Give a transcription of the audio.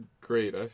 Great